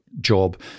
job